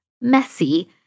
messy